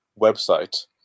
website